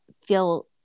feel